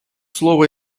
слово